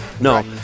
No